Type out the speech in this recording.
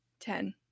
ten